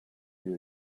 hear